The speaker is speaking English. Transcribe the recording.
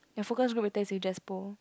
ya focus group later is with Jaspo